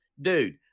dude